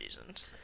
reasons